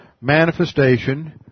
manifestation